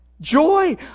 Joy